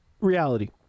reality